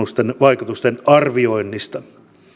vaikutusten arvioinnista